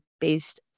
based